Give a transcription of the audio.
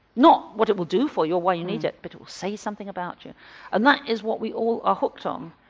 not what it will do for you, or why you need it, but it will say something about you and that is what we are all ah hooked um